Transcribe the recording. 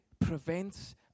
prevents